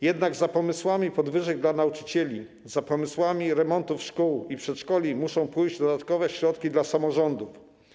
Jednak za pomysłami podwyżek dla nauczycieli, za pomysłami remontów szkół i przedszkoli muszą pójść dodatkowe środki dla samorządów.